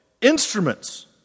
instruments